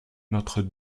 notre